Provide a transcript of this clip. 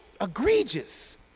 egregious